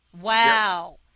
Wow